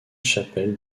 chapelle